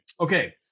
Okay